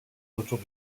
autour